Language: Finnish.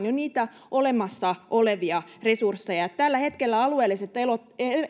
jo niitä olemassa olevia resursseja tällä hetkellä alueelliset erot